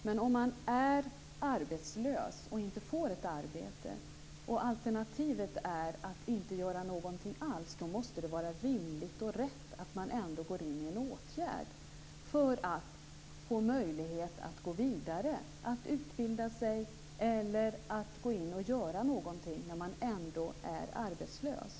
Men om man är arbetslös och inte får ett arbete och alternativet är att inte göra någonting alls måste det vara rimligt och rätt att gå in i en åtgärd för att få möjlighet att gå vidare - att utbilda sig eller att gå in och göra något när man ändå är arbetslös.